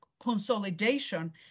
consolidation